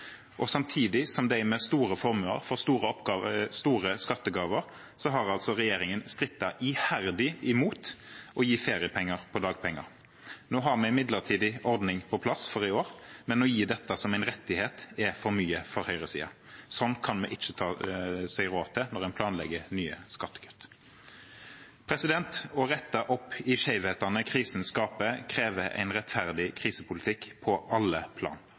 Samtidig som de med store formuer får store skattegaver, har regjeringen strittet iherdig imot å gi feriepenger på dagpenger. Nå har vi en midlertidig ordning på plass for i år, men å gi dette som en rettighet er for mye for høyresiden. Sånn kan man ikke ta seg råd til når en planlegger nye skattekutt. Å rette opp i skjevhetene krisen skaper, krever en rettferdig krisepolitikk på alle plan.